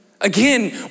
again